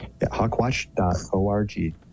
Hawkwatch.org